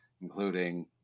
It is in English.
including